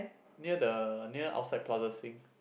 near the near outside Plaza-Sing